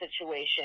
situation